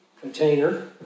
container